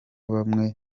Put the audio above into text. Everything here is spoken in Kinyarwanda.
bamwe